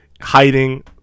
hiding